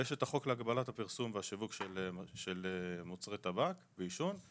יש את החוק להגבלת הפרסום והשיווק של מוצרי טבק ועישון.